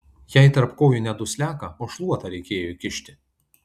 jai tarp kojų ne dusliaką o šluotą reikėjo įkišti